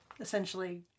essentially